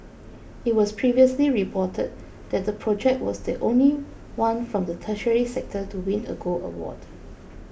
it was previously reported that the project was the only one from the tertiary sector to win a gold award